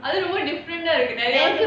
அது ரொம்ப:athu romba different இருக்கு:iruku